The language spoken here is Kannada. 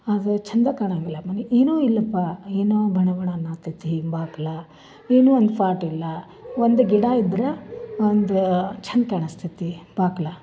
ಅದು ಚಂದ ಕಾಣಲ್ವಲ್ಲ ಮನೆ ಏನೋ ಇಲ್ಲಪ್ಪ ಏನೋ ಬಣ ಬಣ ಅನ್ನಾತೈತಿ ಬಾಕ್ಲ ಏನೋ ಒಂದು ಫಾಟ್ ಇಲ್ಲ ಒಂದು ಗಿಡ ಇದ್ರೆ ಒಂದು ಚಂದ ಕಾಣಿಸ್ತೈತಿ ಬಾಕ್ಲ